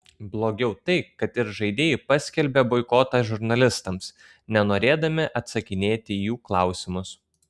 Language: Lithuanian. blogiau tai kad ir žaidėjai paskelbė boikotą žurnalistams nenorėdami atsakinėti į jų klausimus